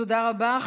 תודה רבה.